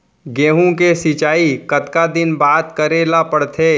गेहूँ के सिंचाई कतका दिन बाद करे ला पड़थे?